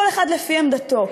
כל אחד לפי עמדתו.